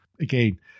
Again